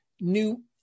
new